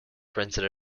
printed